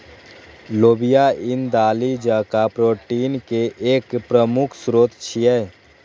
लोबिया ईन दालि जकां प्रोटीन के एक प्रमुख स्रोत छियै